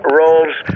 roles